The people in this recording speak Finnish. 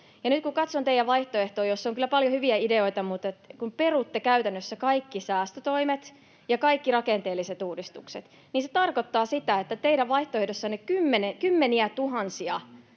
Nyt kun katson teidän vaihtoehtoanne, siinä on kyllä paljon hyviä ideoita, mutta kun perutte käytännössä kaikki säästötoimet ja kaikki rakenteelliset uudistukset, niin se tarkoittaa sitä, että teidän vaihtoehdossanne on kymmeniätuhansia